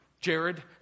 Jared